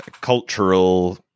cultural